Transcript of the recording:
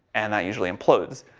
and that usually implodes.